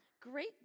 Great